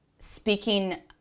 speaking